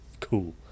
cool